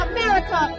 America